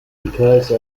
because